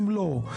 אם לא,